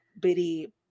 bitty